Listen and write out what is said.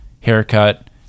haircut